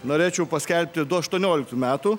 norėčiau paskelbti du aštuonioliktų metų